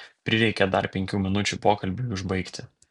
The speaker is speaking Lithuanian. prireikė dar penkių minučių pokalbiui užbaigti